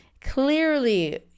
clearly